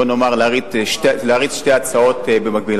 בואי נאמר, להריץ שתי הצעות במקביל.